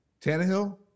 Tannehill